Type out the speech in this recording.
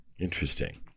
Interesting